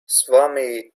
swami